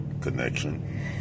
connection